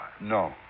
No